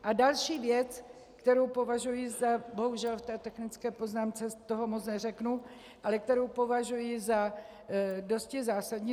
A další věc, kterou považuji za bohužel v té technické poznámce toho moc neřeknu ale kterou považuji za dosti zásadní.